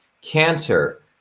cancer